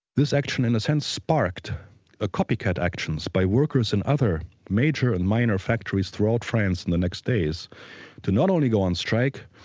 this action in a sense sparked ah copycat actions by workers in other major and minor factories throughout france in the next days to not only go on strike,